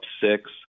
six